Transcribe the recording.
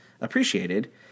appreciated